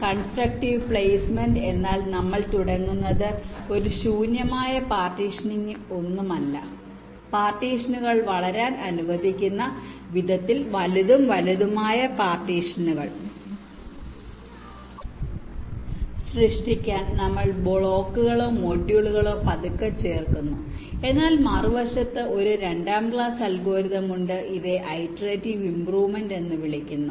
constructive placement എന്നാൽ നമ്മൾ തുടങ്ങുന്നത് ഒരു ശൂന്യമായ പാർട്ടീഷനിൽ ഒന്നുമല്ല പാർട്ടീഷനുകൾ വളരാൻ അനുവദിക്കുന്ന വിധത്തിൽ വലുതും വലുതുമായ പാർട്ടീഷനുകൾ സൃഷ്ടിക്കാൻ നമ്മൾ ബ്ലോക്കുകളോ മൊഡ്യൂളുകളോ പതുക്കെ ചേർക്കുന്നു എന്നാൽ മറുവശത്ത് ഒരു രണ്ടാം ക്ലാസ് അൽഗോരിതം ഉണ്ട് ഇവയെ ഇറ്ററേറ്റിവ് ഇമ്പ്രൂവ്മെന്റ് എന്ന് വിളിക്കുന്നു